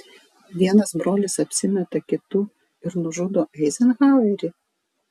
vienas brolis apsimeta kitu ir nužudo eizenhauerį